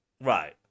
Right